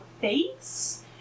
face